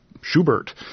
Schubert